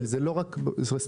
זה לא רק בפריפריה.